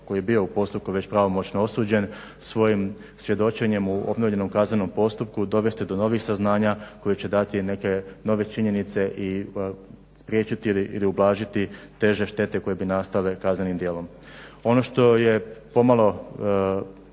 koji je bio u postupku već pravomoćno osuđen svojim svjedočenjem u obnovljenom kaznenom postupku dovesti do novih saznanja koji će dati neke nove činjenice i spriječiti ili ublažiti teže štete koje bi nastale kaznenim djelom. Ono što je pomalo